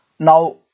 now